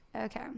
okay